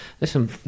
listen